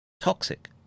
toxic